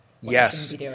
Yes